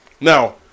Now